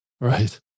Right